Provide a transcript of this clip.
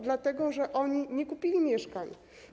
Dlatego że oni nie kupili mieszkań.